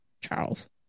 Charles